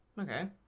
Okay